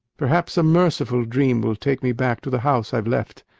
perhaps a merciful dream will take me back to the house i've left,